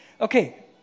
Okay